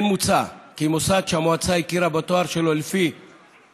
כן מוצע כי מוסד שהמועצה הכירה בתואר שלו לפי